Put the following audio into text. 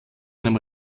einem